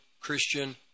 Christian